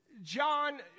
John